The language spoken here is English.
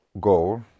goal